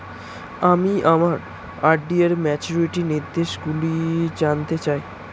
আমি আমার আর.ডি র ম্যাচুরিটি নির্দেশগুলি জানতে চাই